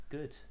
Good